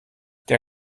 der